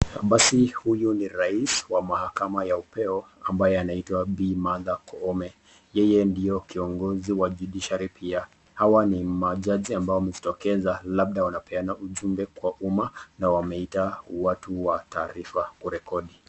Basi huyu ni rais wa mahakama ya upeo ambaye anaitwa Bi Martha Koome. Yeye ndio kiongozi wa judiciary pia. Hawa ni majaji waliojitokeza labda wanapeana ujumbe kwa uma na wameita watu wa taarifa kurekodi.